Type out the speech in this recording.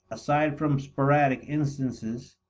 aside from sporadic instances,